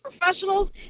professionals